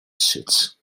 suits